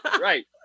right